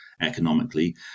economically